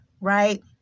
right